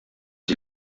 die